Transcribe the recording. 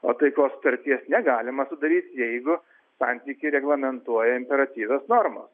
o taikos sutarties negalima sudaryt jeigu santykį reglamentuoja imperatyvios normos